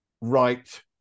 right